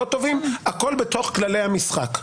לא טובים - הכול בתוך כללי המשחק.